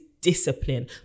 discipline